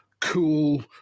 cool